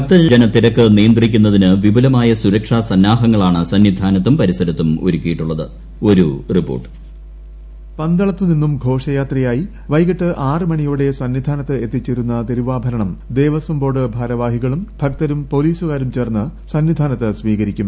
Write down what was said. ഭക്തജനത്തിരക്ക് നിയന്ത്രിക്കുന്നതിന് വിപുലമായ സുരക്ഷാ സണ്ണാഹങ്ങളാണ് സന്നിധാനത്തും പരിസരത്തും ഒരുക്കിയിട്ടുള്ളത്പു പന്തളത്തു നിന്നും ഘോഷയാര്യിക്കാ്യി വൈകിട്ട് ആറ് മണിയോടെ സന്നിധാനത്ത് എത്തിച്ചേരുന്നു തിരുവാഭരണം ദേവസ്വം ബോർഡ് ഭാരവാഹികളും ഭക്തരും ഷ്ട്രേലീസകാരും ചേർന്ന് സന്നിധാനത്ത് സ്വീകരിക്കും